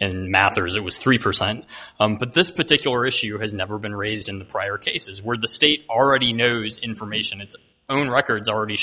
and matters it was three percent but this particular issue has never been raised in prior cases where the state already knows information its own records already